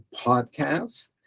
Podcast